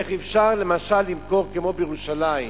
איך אפשר למשל למכור בירושלים